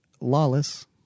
Lawless